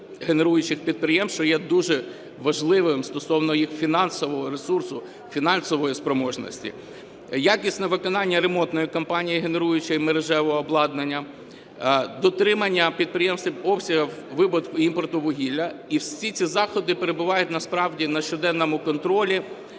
енергогенеруючих підприємств, що є дуже важливим стосовно їх фінансового ресурсу, фінансової спроможності. Якісне виконання ремонтної кампанії генеруючого і мережевого обладнання, дотримання підприємствами обсягів імпорту вугілля. І всі ці заходи перебувають насправді на щоденному контролі.